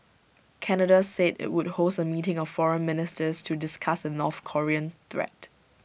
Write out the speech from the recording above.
Canada said IT would host A meeting of foreign ministers to discuss the north Korean threat